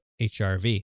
HRV